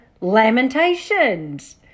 Lamentations